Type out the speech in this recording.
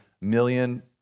million